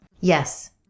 Yes